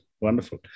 Wonderful